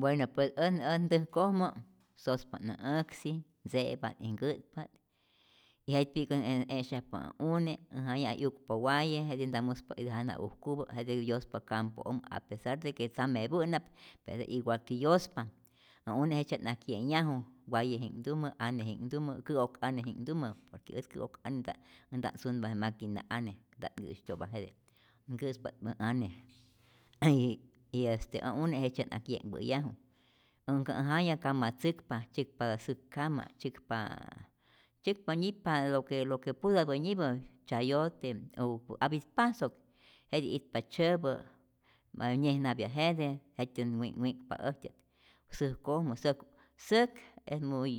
Bueno pues ät äj ntäjkojmä sospa't äj äksi, tze'pa't y nkä'tpa't y jetypi'kä't e'syajpa ä une, äj jaya' 'yukpa waye, jete nta mujspa itä jana ujkupä, jete yospa campo'ojmä a pesar de que tzamepä'na'p jete' igualti yospa, ä une jejtzye't ak 'ye'nhyaju wayeji'nhktumä, aneji'nhktumä, kä'ok ane'ji'nhktumä por que ät kä'ok ane ät nta't sunpa je maquina ane, nta't nkä'styo'pa jete, nkä'spa't ä ane y este ä une jejtzye't ak ye'nhpäyaju, aunque äj jaya kamatzäkpa, tzyäkpa syäk'kama, tzyäkpa nyip'pa lo que putäpä nyipa, chayote u apitpasok, jetij itpa tzyäpä, ma't yäjnapya jete jetyä't wi' wi'kpa äjtyä' säjkojmä, säk säk es muy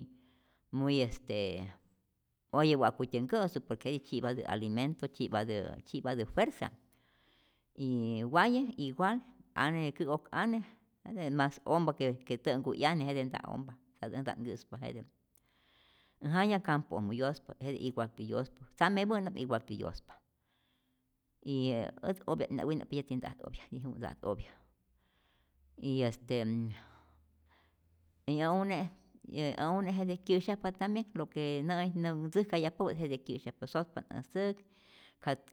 muy estee, oye wa'kutyä nkä'su por que jetij tzyi'patä alimento, tzyi'patä ferza y waye igual, ane kä'ok ane jete mas ompa que que tä'nhku'yane, jete nta ompa, jete ät nta't nkä'spa jete, äj jaya campo'ojmä yospa, jete igual ti yospa, tzame pä'na'p igualti yospa y e ät opya't'ijna wina, yäti nta'at opya, nijuwä nta'at opya, y este y ä une' ä une' jete kyä'syajpa tambien, lo que nä'ij näm tzäjkayajpapä jete kyä'syajpa, sospa't äj säk,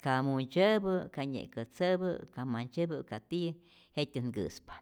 ka muntzyäpä, ka nye'kä tzäpä, ka mantzyäpä ka tiyä jet'tyä't nkä'spa.